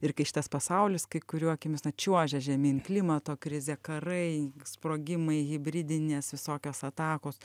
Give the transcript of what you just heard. ir kai šitas pasaulis kai kurių akimis na čiuožia žemyn klimato krizė karai sprogimai hibridinės visokios atakos